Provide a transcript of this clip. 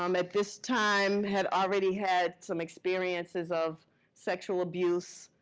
um at this time had already had some experiences of sexual abuse